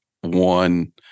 one